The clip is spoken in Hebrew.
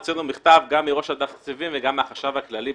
הוצאנו מכתב גם מראש אגף התקציבים וגם מהחשב הכללי,